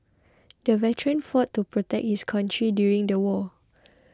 the veteran fought to protect his country during the war